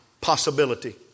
possibility